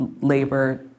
labor